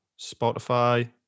spotify